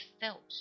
felt